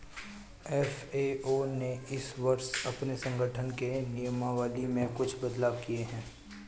FAO ने इस वर्ष अपने संगठन के नियमावली में कुछ बदलाव किए हैं